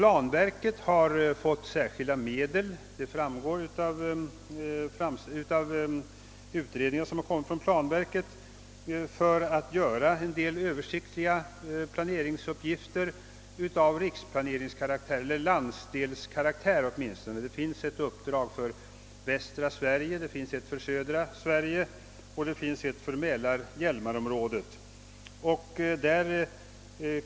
Av utredningar som kommit från planverket framgår att detta verk genom departementet fått särskilda medel för att utföra en del översiktliga planeringsuppgifter av landsdelskaraktär; det finns ett uppdrag för västra Sverige, ett för södra Sverige och ett för mälar—hjälmarområdet.